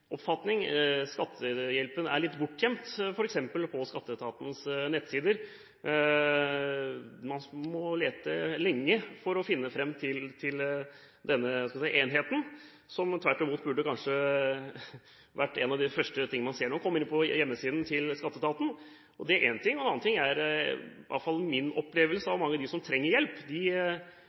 oppfatning er litt bortgjemt f.eks. på skatteetatens nettsider. Man må lete lenge for å finne fram til denne enheten, som tvert imot kanskje burde vært en av de første ting man ser når man kommer inn på hjemmesiden til skatteetaten. Det er en ting. En annen ting er – det er i hvert fall min opplevelse av det – at mange av dem som trenger hjelp,